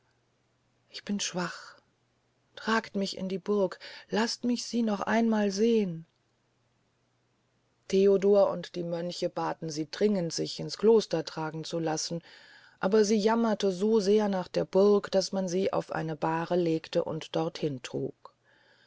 ich bin schwach tragt mich in die burg laßt mich sie noch einmal sehn theodor und die mönche baten sie dringend sich ins kloster tragen zu lassen aber sie jammerte so sehr nach der burg daß man sie auf eine bahre legte und dorthin trug